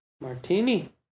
Martini